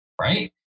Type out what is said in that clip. right